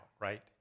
right